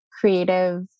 creative